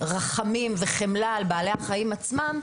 לרחמים וחמלה על בעלי החיים עצמם,